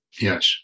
Yes